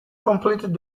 completed